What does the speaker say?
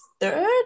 third